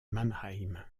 mannheim